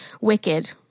Wicked